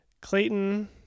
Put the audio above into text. Clayton